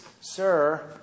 sir